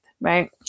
right